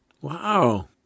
Wow